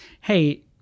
hey